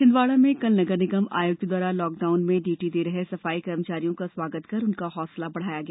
छिन्दवाड़ा में कल नगरनिगम आयुक्त द्वारा लॉकडाउन में ड्यूटी दे रहे सफाई कर्मचारियों का स्वागत कर उनका हौसला बढ़ाया गया